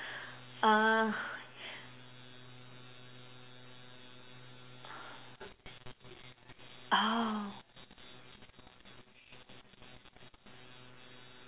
uh oh